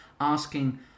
asking